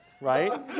right